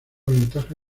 ventaja